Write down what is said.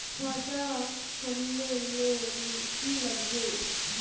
खाता खोल ले की लागबे?